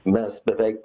mes beveik